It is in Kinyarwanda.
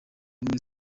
ubumwe